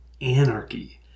anarchy